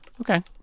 Okay